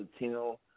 Latino